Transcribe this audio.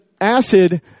acid